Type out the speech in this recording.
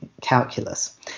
calculus